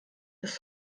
des